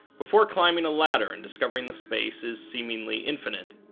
before climbing a ladder and discovering the space is seemingly infinite